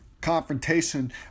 confrontation